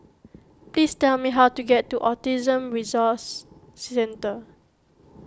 please tell me how to get to Autism Resource Centre